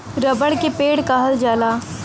रबड़ के पेड़ कहल जाला